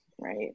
Right